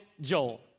Joel